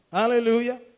hallelujah